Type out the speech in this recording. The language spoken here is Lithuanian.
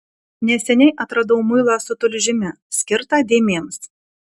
neseniai atradau muilą su tulžimi skirtą dėmėms